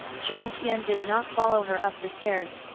jiang tian did not follow her up the stairs,